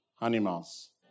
animals